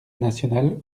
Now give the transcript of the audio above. nationale